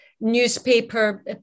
newspaper